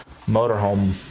motorhome